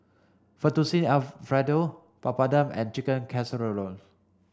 Fettuccine Alfredo Papadum and Chicken Casserole